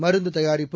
மருந்துதயாரிப்பு